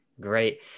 Great